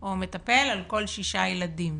או מטפל על כל שישה ילדים.